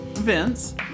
Vince